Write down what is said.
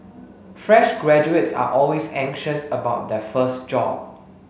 fresh graduates are always anxious about their first job